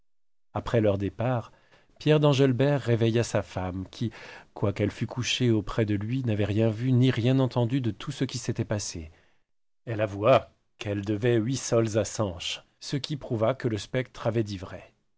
après leur départ pierre d'engelbert réveilla sa femme qui quoiqu'elle fut couchée auprès de lui n'avait rien vu ni rien entendu de tout ce qui s'était passé elle avoua qu'elle devait huit sols à sanche ce qui prouva que le spectre avait dit